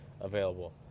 available